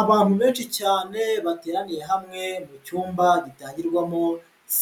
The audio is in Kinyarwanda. Abantu benshi cyane, bateraniye hamwe mu cyumba gitangirwamo